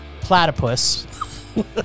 platypus